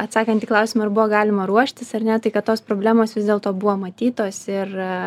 atsakant į klausimą ar buvo galima ruoštis ar ne tai kad tos problemos vis dėlto buvo matytos ir